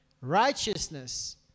righteousness